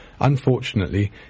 unfortunately